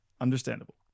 Understandable